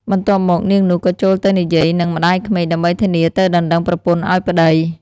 បន្ទាប់មក នាងនោះ ក៏ចូលទៅនិយាយនឹងម្តាយក្មេក ដើម្បីធានាទៅដណ្ដឹងប្រពន្ធឲ្យប្តី ។